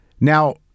Now